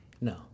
No